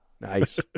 nice